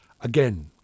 Again